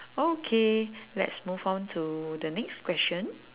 okay let's move on to the next question